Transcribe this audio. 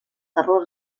terror